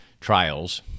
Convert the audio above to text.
trials